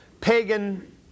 pagan